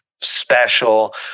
special